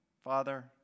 Father